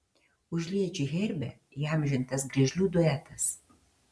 užliedžių herbe įamžintas griežlių duetas